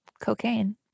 cocaine